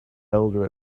elder